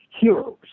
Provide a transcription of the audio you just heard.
Heroes